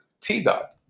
T-Dot